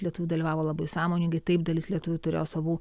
lietuvių dalyvavo labai sąmoningai taip dalis lietuvių turėjo savų